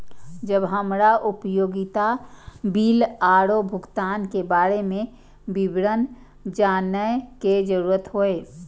जब हमरा उपयोगिता बिल आरो भुगतान के बारे में विवरण जानय के जरुरत होय?